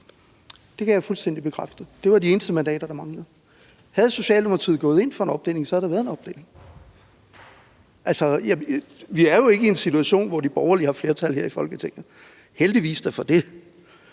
Det kan jeg fuldstændig bekræfte. Det var de eneste mandater, der manglede. Havde Socialdemokratiet gået ind for en opdeling, havde der været en opdeling. Vi er jo ikke i en situation, hvor de borgerlige har flertal her i Folketinget, heldigvis da for det.